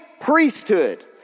priesthood